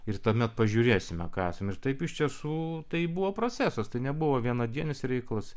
ir tuomet pažiūrėsime ką esame ir taip iš tiesų tai buvo procesas tai nebuvo vienadienis reikalas